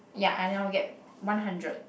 ya I anyhow get one hundred